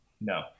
No